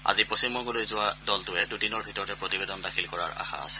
আজি পশ্চিম বংগলৈ যোৱা দলটোৱে দুদিনৰ ভিতৰতে প্ৰতিবেদন দাখিল কৰা আশা আছে